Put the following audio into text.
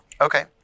Okay